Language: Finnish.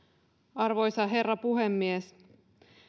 arvoisa herra puhemies